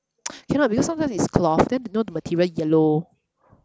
cannot because sometimes it's cloth then you know the material yellow